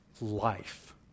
life